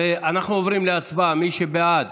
אנחנו עוברים להצבעה: מי שבעד,